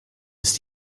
ist